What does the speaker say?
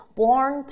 born